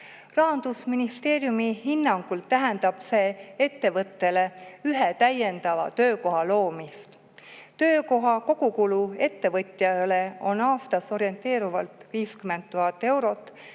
Rahandusministeeriumi hinnangul tähendab see ettevõttele ühe täiendava töökoha loomist. Töökoha kogukulu ettevõtjale on aastas orienteeruvalt 50 000 eurot,